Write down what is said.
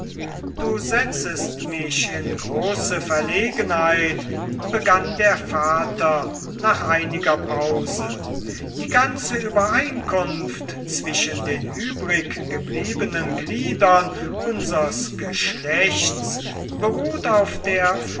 du setzest mich in große verlegenheit begann der vater nach einiger pause die ganze übereinkunft zwischen den übriggebliebenen gliedern unsers geschlechts beruht auf der